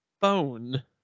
phone